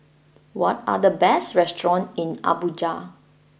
what are the best restaurants in Abuja